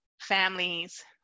families